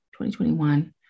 2021